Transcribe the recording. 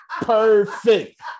perfect